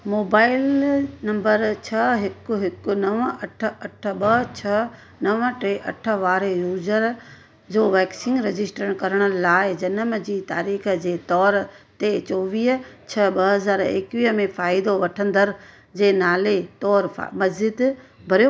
mobile number छह हिकु हिकु नव अठ अठ ॿ छह नव टे अठ वारे यूज़र जो वैक्सीन रजिस्टण करण लाइ जनम जी तारीख़ जे तौर ते चोवीह छह ॿ हज़ार एकवीह में फ़ाइदो वठंदड़ जे नाले तौर मज़िद भरियो